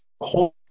whole